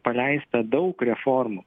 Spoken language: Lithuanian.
paleista daug reformų